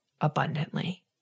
abundantly